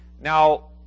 Now